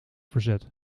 verzet